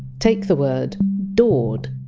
take the word! dord,